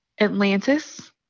Atlantis